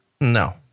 No